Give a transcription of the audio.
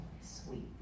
Sweet